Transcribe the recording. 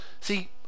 See